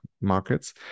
markets